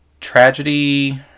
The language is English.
tragedy